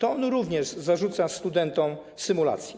On również zarzucał studentom symulowanie.